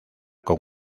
con